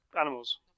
animals